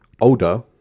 older